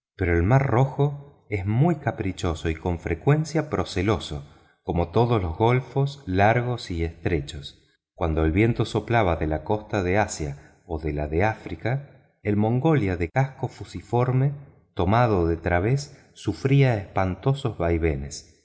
pero el mar rojo es muy caprichoso y con frecuencia proceloso como todos los golfos largos y estrechos cuando el viento soplaba de la costa de asia o la de áfrica el mongolia de casco fusiforme tomado de través sufría espantosos vaivenes